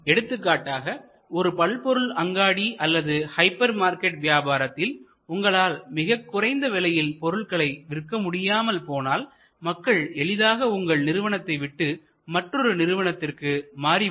எடுத்துக்காட்டாக ஒரு பல்பொருள் அங்காடி அல்லது ஹைப்பர் மார்க்கெட் வியாபாரத்தில் உங்களால் மிகக் குறைந்த விலையில் பொருட்களை விற்க முடியாமல் போனால் மக்கள் எளிதாக உங்கள் நிறுவனத்தை விட்டு மற்றொரு நிறுவனத்திற்கு மாறி விடுவர்